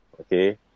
Okay